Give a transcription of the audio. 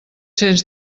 cents